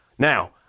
Now